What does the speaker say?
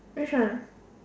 which one